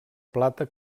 plata